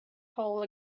hole